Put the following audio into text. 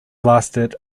lasted